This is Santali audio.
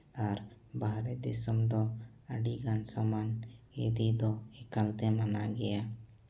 ᱟᱨ ᱵᱟᱦᱨᱮ ᱫᱤᱥᱚᱢ ᱫᱚ ᱟᱹᱰᱤᱜᱟᱱ ᱥᱟᱢᱟᱱ ᱤᱫᱤ ᱫᱚ ᱮᱠᱟᱞᱛᱮ ᱢᱟᱱᱟ ᱜᱮᱭᱟ